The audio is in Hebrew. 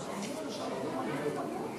בשעות הנוכחות,